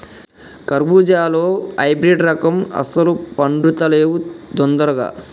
కర్బుజాలో హైబ్రిడ్ రకం అస్సలు పండుతలేవు దొందరగా